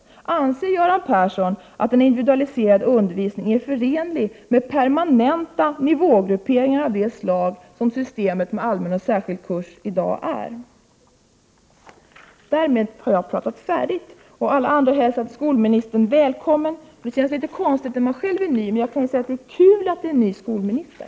Anser Göran Persson att en individualiserad undervisning är förenlig med permanenta nivågrupperingar av det slag som systemet med allmän och särskild kurs i dag är? Därmed har jag pratat färdigt. Alla andra har hälsat skolministern välkommen. Det känns litet konstigt att göra det när man själv är ny. Men jag kan säga att det är kul att det finns en ny skolminister.